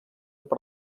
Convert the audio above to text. per